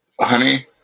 honey